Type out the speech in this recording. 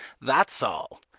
that's all.